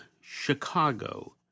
Chicago